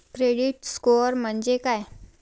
Credit score म्हणजे काय?